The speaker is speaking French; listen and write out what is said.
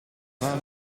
vingt